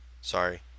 sorry